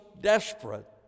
desperate